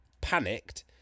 panicked